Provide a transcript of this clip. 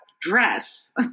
dress